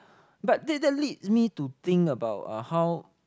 but that that leads me to think about how